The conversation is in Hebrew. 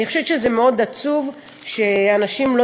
אני חושבת שזה עצוב מאוד שאנשים לא